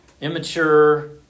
immature